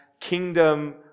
kingdom